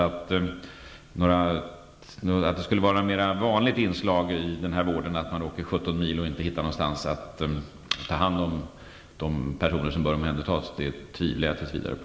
Att det skulle vara ett vanligt inslag i vården att åka 17 mil och inte hitta någon inrättning där man kan ta hand om de personer som bör omhändertas tvivlar jag tills vidare på.